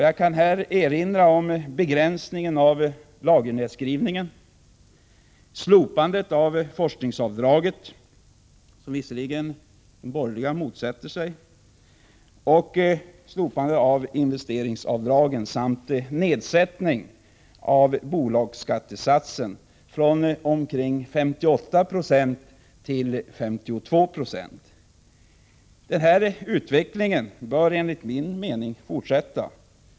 Jag kan här erinra om begränsningen av lagernedskrivningen, slopandet av forskningsavdraget — vilket de borgerliga motsätter sig — och investeringsavdragen samt nedsättningen av bolagsskattesatsen från omkring 58 96 till 52 90. Denna utveckling bör enligt min mening fortsätta.